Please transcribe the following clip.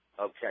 Okay